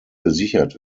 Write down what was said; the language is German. gesichert